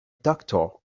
doctor